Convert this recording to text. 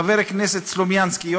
חבר הכנסת סלומינסקי,